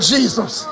Jesus